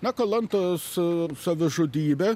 na kalantos savižudybė